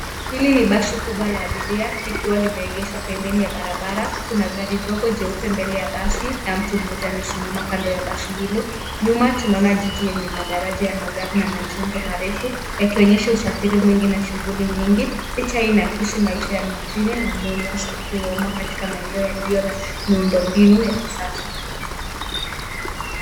Hili ni basi kubwa la abiria likiwa limeegeshwa pembeni ya barabara. Kuna gari dogo jeupe mbele ya basi na mtu mmoja amesimama kando ya basi hilo. Nyuma tunaona jiji yenye madaraja ya magari na majengo marefu yakionyesha usafiri mwingi na shughuli nyingi. Picha hii ina akisi maisha ya mjini na umuhimu wa usafiri wa uma katika maeneo yaliyo na miundo mbinu ya kisasa.